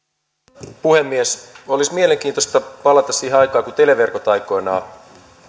arvoisa puhemies olisi mielenkiintoista palata siihen aikaan kun televerkot aikoinaan